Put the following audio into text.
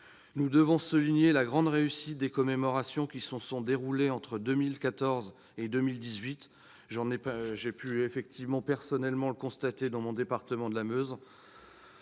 Nous devons souligner la grande réussite des commémorations qui se sont déroulées entre 2014 et 2018, ce que j'ai personnellement constaté dans mon département, la Meuse.